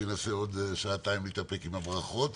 שינסה עוד שעתיים להתאפק עם הברכות.